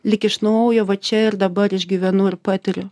lyg iš naujo va čia ir dabar išgyvenu ir patiriu